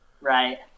Right